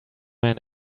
man